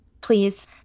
please